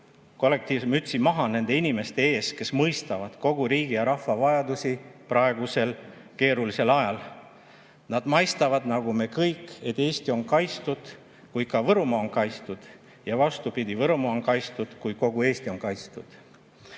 kollektiivse mütsi maha nende inimeste ees, kes mõistavad kogu riigi ja rahva vajadusi praegusel keerulisel ajal. Nad mõistavad, nagu me kõik, et Eesti on kaitstud, kui ka Võrumaa on kaitstud. Ja vastupidi: Võrumaa on kaitstud, kui kogu Eesti on kaitstud. Möönan,